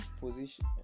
position